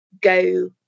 go